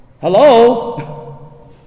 Hello